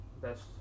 best